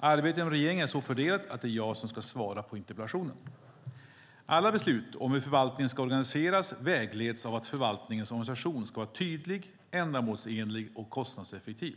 Arbetet inom regeringen är så fördelat att det är jag som ska svara på interpellationen. Alla beslut om hur förvaltningen ska organiseras vägleds av att förvaltningens organisation ska vara tydlig, ändamålsenlig och kostnadseffektiv.